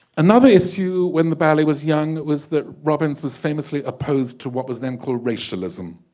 another issue when the ballet was young was that robbins was famously opposed to what was then called racialism